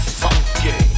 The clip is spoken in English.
funky